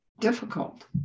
difficult